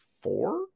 four